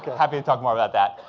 happy to talk more about that.